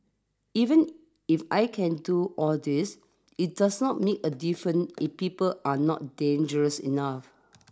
even if I can do all this it does not mean a difference if people are not dangerous enough